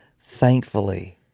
Thankfully